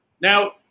Now